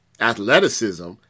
athleticism